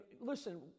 listen